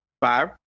five